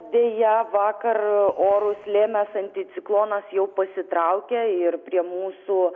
deja vakar orus lėmęs anticiklonas jau pasitraukia ir prie mūsų